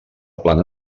plana